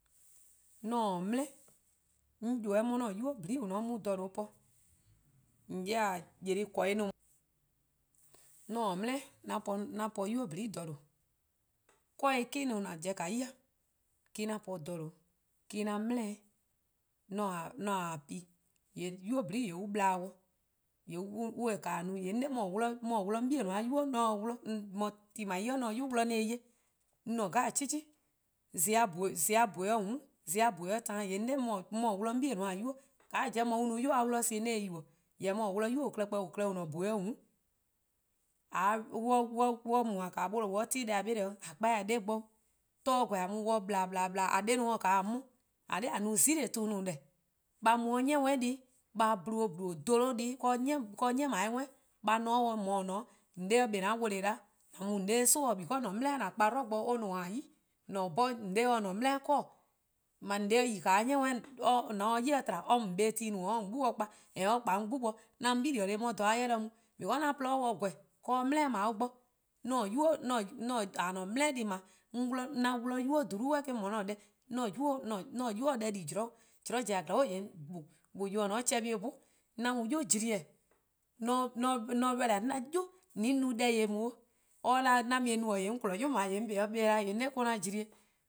:Mor 'on taa dele 'on ybeh-' 'on 'ye 'an-a' 'nynuu: 'nyne :dha :due' po, :on 'ye-a :beh-deh+ :korbuh'-'i, :mor 'on taa dele :yee 'an po 'nynuu: :nyne' :dha :due', 'korbuh' 'kan+ :an pobo-a ya :me-: 'an po :dha :due', me-: 'an dele-', :mor 'on :taa pi, :yee' 'nynuu: :nyne-a ple-dih, :mor on taa-eh no :yee' 'on 'da 'mor 'wluh 'on 'bei'-a 'nynuu: 'on se-a 'wluh, 'de ti :dao' ;i 'on se 'yu 'wluh 'on se-eh 'ye, 'on :ne 'cheh 'cheh, zon+-a :bhue' 'yor :mm', zon+-a :bhue' 'yor taan :yee' 'on 'da 'mor 'on 'bei-a 'nynuu, :ka an no-a 'yu-a 'wluh-a mor 'on se-eh yubo: jorwor: 'mor 'wluh 'nynuu:-a klehkpeh :on :ne-an :bhue' 'yor :mm' :mor on mu :mor an nyor+ 'no tehn deh-dih :yee' on 'da :a kpa :a 'de bo 'o. :mor gwlu 'gor :a mu-dih :ple :pleeee: :mor :a 'de 'i taa 'mo :a 'da :a no 'zile: to 'i, a mu 'de 'ni worn 'i a :dle :dleee: dholo 'de 'ni 'dao' worn 'i deh+, a :dhe 'de dih, :mor :or :ne-a 'de :yee' :on 'de kpa 'o an 'wele 'da 'weh, :an mu :on 'de-' 'sun-dih because :an-a' 'dele-eh: :an kpa-a 'dlu bo eh n mor-' 'yi, :on se 'dhorn :on 'de 'ye :an-a' dele-eh 'kor-dih:. :mor :on 'de yi 'de 'ni worn 'i :mor :on se 'de 'yli-dih tba or mu :on 'bla-tu+ no-dih or 'ya :on 'gbu bo kpa. :mor or kpa 'on 'gbu bo 'an mu-dih 'bili: 'on 'ye 'de dha-a' 'jeh 'de-ka mu because 'an :porluh se 'de d ha-a 'jeh bo-dih :gweh 'de dele-eh :dao' bo, a-a'a: dele :deh :daa 'an 'wluh :nynuu: :dhulu' 'suh eh-: no 'an-a' deh, 'an ;nynuu: :se-' deh di zean' 'o, :mor zorn zen zorn bo :gbuh :gbuh :yee' :yor :ne-a 'o :yee' :chehba' 'kpa 'o or 'bhun, :yee' 'an mu 'yu :jlian:, :mor ready 'on 'on 'da "an 'yu :a n no deh :yeh :daa 'o, :mor or 'da 'an mu-eh no, :yee' 'on kpon 'yu :yor :dao' 'weh or-: an :jlian'.